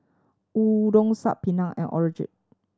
Udon Saag Paneer and Onigiri